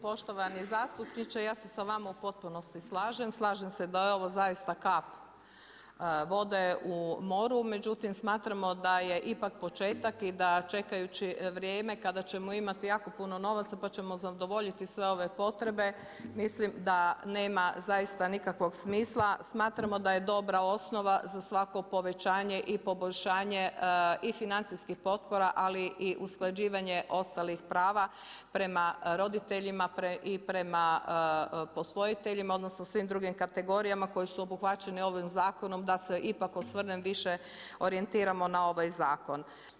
Poštovani zastupniče, ja se sa vama u potpunosti slažem, slažem se da je ovo zaista kap vode u moru, međutim, smatramo da je ipak početak i da čekajući vrijeme kada ćemo imati jako puno novaca, pa ćemo zadovoljiti sve ove potrebe, mislim da nema zaista nikakvog smisla, smatramo da je dobra osnova za svako povećanje i poboljšanje i financijskih potpora, ali i usklađivanje ostalih prava prema roditeljima i prema posvajateljima, odnosno svim drugim kategorijama koji su obuhvaćeni ovim zakonom, da se ipak osvrnem više, orijentiramo na ovaj zakon.